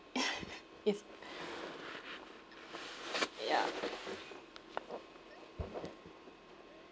yes ya